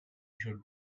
should